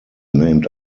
named